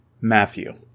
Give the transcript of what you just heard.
Matthew